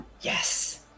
Yes